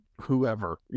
whoever